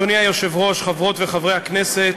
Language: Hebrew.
אדוני היושב-ראש, חברות וחברי הכנסת,